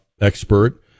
expert